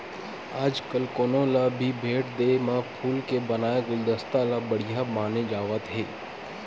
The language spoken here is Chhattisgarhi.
आजकाल कोनो ल भी भेट देय म फूल के बनाए गुलदस्ता ल बड़िहा माने जावत हे